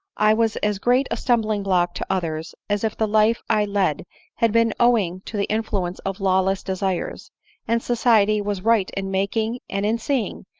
i was as great a stumbling block to others as if the life i led had been owing to the influence of lawless desires and society was right in making, and in seeing,